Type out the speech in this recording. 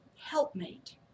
helpmate